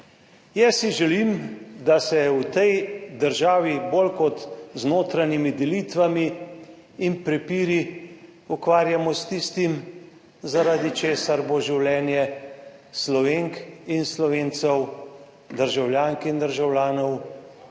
Jaz si želim, da se v tej državi bolj kot z notranjimi delitvami in prepiri ukvarjamo s tistim, zaradi česar bo življenje Slovenk in Slovencev, državljank in državljanov